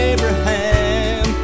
Abraham